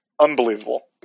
Unbelievable